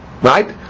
right